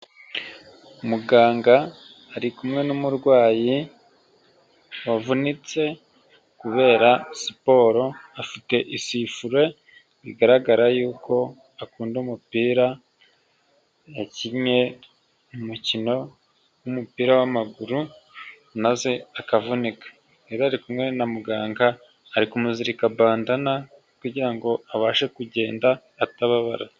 Muganga ari kumwe n'umurwayi wavunitse kubera siporo, afite isifure bigaragara yuko akunda umupira, yakinnye umukino w'umupira w'amaguru maze akavunika, rero ari kumwe na muganga, ari kumuzirika bandana kugirango abashe kugenda atababara.